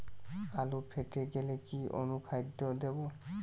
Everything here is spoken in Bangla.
আলু ফেটে গেলে কি অনুখাদ্য দেবো?